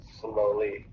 slowly